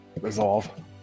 resolve